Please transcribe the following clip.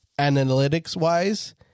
analytics-wise